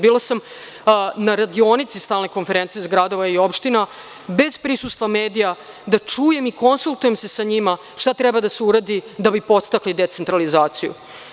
Bila sam na radionici Stalne konferencije gradova i opština, bez prisustva medija, da čujem i konsultujem se sa njima šta treba da se uradi da bi podstakli decentralizaciju.